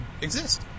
exist